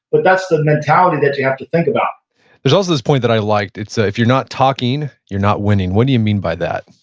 but that's the mentality that you have to think about there's also this point that i liked, it's if you're not talking you're not winning. what do you mean by that?